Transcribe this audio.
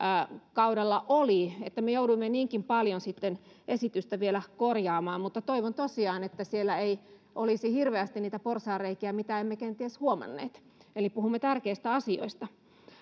kaudella oli me jouduimme niinkin paljon esitystä vielä korjaamaan mutta toivon tosiaan että siellä ei olisi hirveästi niitä porsaanreikiä mitä emme kenties huomanneet eli puhumme tärkeistä asioista